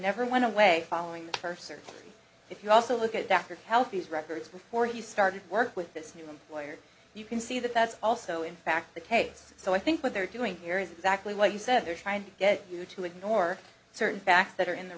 never went away following the first search if you also look at dr healthy these records before he started work with this new employer you can see that that's also in fact the case so i think what they're doing here is exactly what you said they're trying to get you to ignore certain facts that are in the